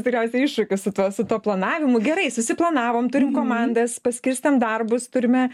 tikriausiai iššūkis su tuo su tuo planavimu gerai susiplanavom turim komandas paskirstėm darbus turime